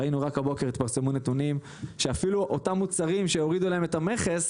ראינו רק הבוקר התפרסמו נתונים שאפילו אותם מוצרים שהורידו להם את המכס